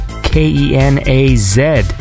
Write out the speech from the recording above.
K-E-N-A-Z